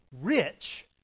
rich